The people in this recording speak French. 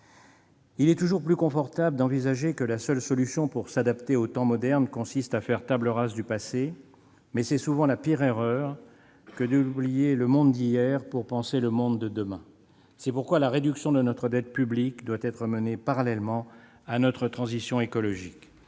Il est toujours plus confortable d'imaginer que la seule solution pour s'adapter aux temps modernes consiste à faire table rase du passé, mais c'est souvent la pire erreur que d'oublier le monde d'hier pour penser le monde de demain. C'est pourquoi la réduction de notre dette publique doit être menée parallèlement à notre transition écologique.